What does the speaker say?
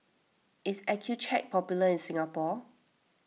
is Accucheck popular in Singapore